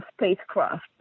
spacecraft